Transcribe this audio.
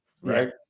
Right